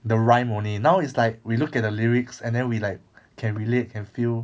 the rhyme only now it's like we look at the lyrics and then we like can relate can feel